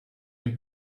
der